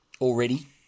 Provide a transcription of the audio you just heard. already